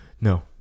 no